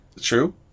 True